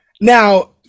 now